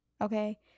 okay